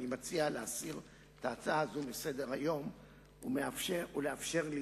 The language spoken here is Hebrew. אני מציע להסיר את ההצעה הזאת מסדר-היום ולאפשר לי